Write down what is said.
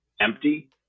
empty